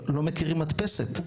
לא מכירים מדפסת,